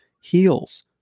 heals